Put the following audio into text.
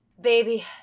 Baby